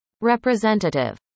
representative